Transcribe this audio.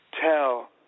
tell